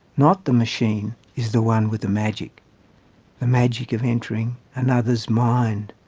not the machine, is the one with the magic the magic of entering another's mind,